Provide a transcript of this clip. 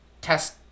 test